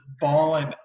balling